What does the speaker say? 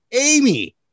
Amy